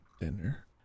dinner